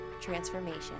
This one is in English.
transformation